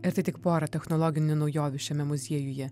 ir tai tik pora technologinių naujovių šiame muziejuje